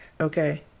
okay